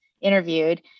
interviewed